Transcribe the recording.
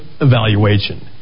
evaluation